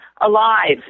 alive